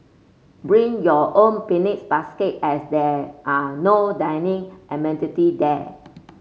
bring your own picnics basket as there are no dining amenity there